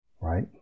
right